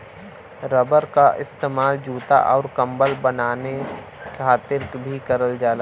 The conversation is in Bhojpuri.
रबर क इस्तेमाल जूता आउर कम्बल बनाये खातिर भी करल जाला